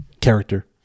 character